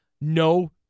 no